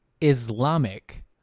Islamic